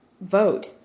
vote